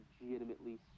legitimately